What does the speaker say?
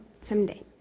someday